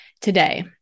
today